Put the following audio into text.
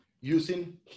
using